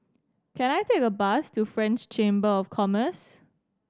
can I take a bus to French Chamber of Commerce